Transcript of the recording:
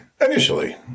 initially